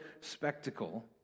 spectacle